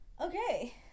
Okay